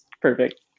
perfect